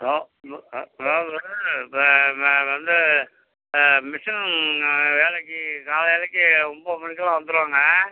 hello அதாவது இப்போ வந்து மிசின் வேலைக்கு காலைலக்கு ஒம்பது மணிக்கெல்லாம் வந்துடுவோங்க